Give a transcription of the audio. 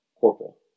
corporal